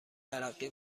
تلقی